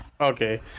Okay